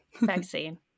vaccine